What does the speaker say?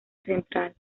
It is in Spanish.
central